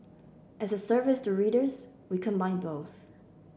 as a service to readers we combine both